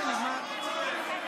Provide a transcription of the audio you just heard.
סליחה.